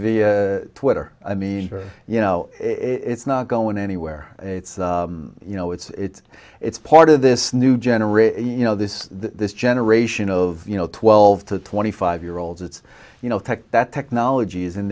via twitter i mean you know it's not going anywhere it's you know it's it's part of this new generation you know this this generation of you know twelve to twenty five year olds it's you know that technology is in